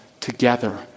together